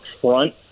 front